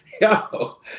Yo